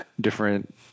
different